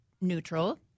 neutral